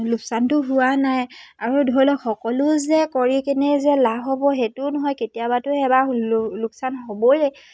লোকচানটো হোৱা নাই আৰু ধৰি লওক সকলো যে কৰি কেনেই যে লাভ হ'ব সেইটোও নহয় কেতিয়াবাতো এবাৰ লোকচান হ'বই